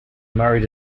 married